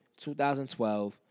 2012